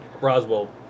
Roswell